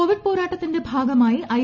Covid പോരാട്ടത്തിന്റെ ഭാഗമായി I